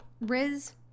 riz